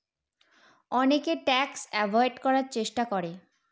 অনেকে tax avoid করার চেষ্টা করে